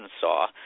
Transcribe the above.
saw